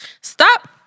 stop